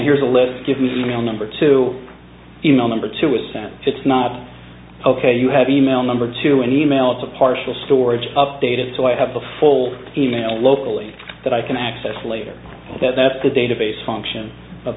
here's a list give me an e mail number two email number two is sent it's not ok you have email number to an email it's a partial storage updated so i have the full email locally that i can access later that the database function of